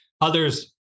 Others